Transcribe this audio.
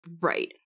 right